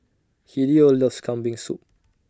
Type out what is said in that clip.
Hideo loves Kambing Soup